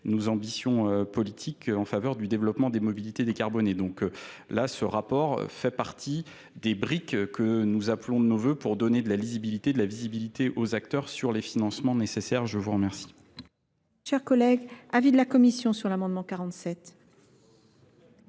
nos ambitions politiques en faveur du développement des mobilités décarbonées donc là ce rapport fait partie des briques que nous appelons de nos vœux pour donner de la lisibilité et de la lisibilité aux acteurs sur les financements nécessaires je vous remercie